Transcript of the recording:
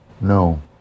no